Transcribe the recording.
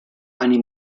eine